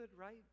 right